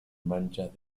manchas